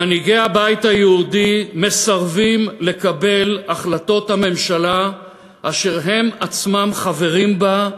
מנהיגי הבית היהודי מסרבים לקבל החלטות הממשלה אשר הם עצמם חברים בה,